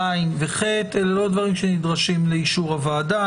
ז ו-ח, אלה לא דברים שנדרשים לאישור הוועדה.